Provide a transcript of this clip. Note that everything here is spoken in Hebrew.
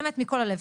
באמת מכל הלב,